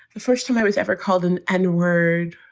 the first time i was ever called an n-word,